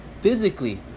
physically